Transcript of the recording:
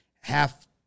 half